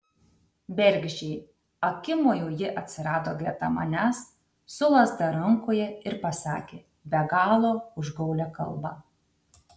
bergždžiai akimoju ji atsirado greta manęs su lazda rankoje ir pasakė be galo užgaulią kalbą